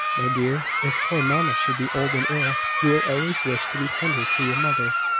my dear, if poor mamma should be old and ill. you will always wish to be tender to your mother,